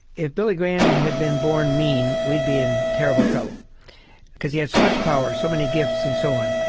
if billy graham had been born mean, we'd be in terrible trouble because he had so much power, so many gifts and so on.